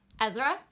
Ezra